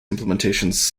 implementations